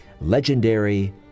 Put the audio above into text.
legendary